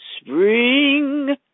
Spring